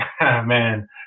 man